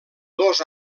dos